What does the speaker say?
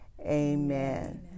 Amen